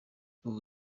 ubu